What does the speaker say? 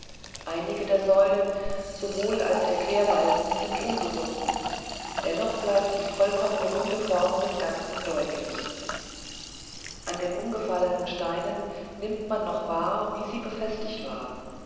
einige der säulen sowohl als der querbalken sind umgesunken dennoch bleibt die vollkommen runde form des ganzen deutlich an den umgefallenen steinen nimmt man noch wahr wie sie befestigt waren